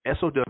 SOW